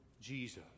Jesus